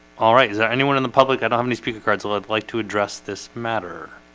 all right. is there anyone in the public i don't have any speaker cards would like to address this matter